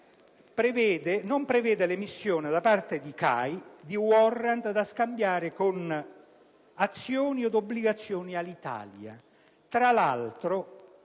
non prevede l'emissione, da parte di CAI, di *warrant* da scambiare con azioni o obbligazioni Alitalia. Tra l'altro,